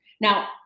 now